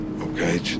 Okay